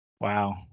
wow